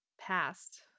past